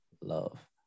love